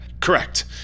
Correct